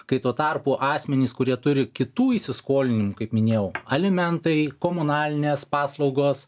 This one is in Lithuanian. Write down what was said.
kai tuo tarpu asmenys kurie turi kitų įsiskolinimų kaip minėjau alimentai komunalinės paslaugos